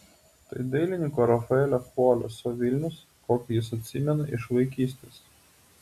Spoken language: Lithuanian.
tai dailininko rafaelio chvoleso vilnius kokį jis atsimena iš vaikystės